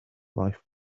life